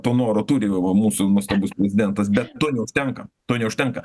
to noro turi va mūsų nuostabus prezidentas bet to neužtenka to neužtenka